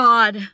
God